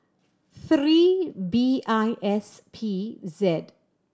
three B I S P Z